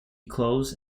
close